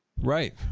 Right